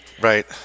Right